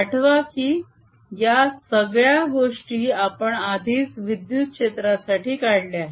आठवा की या सगळ्या गोष्टी आपण आधीच विद्युत क्षेत्रासाठी काढल्या आहेत